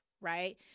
right